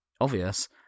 obvious